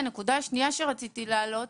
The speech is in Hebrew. הנקודה השנייה שרציתי להעלות,